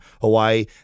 hawaii